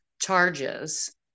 charges